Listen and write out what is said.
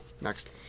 Next